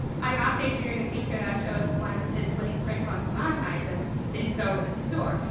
i asked adrian if he could ah show us one of his winning print-on-demand items that he sold in his store.